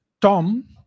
Tom